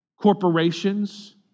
corporations